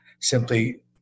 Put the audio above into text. simply